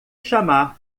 chamar